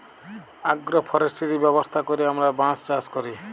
agro forestry ব্যবস্থা ক্যইরে আমরা বাঁশ চাষ ক্যরি